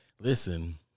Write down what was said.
listen